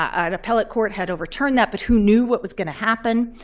an appellate court had overturned that. but who knew what was going to happen?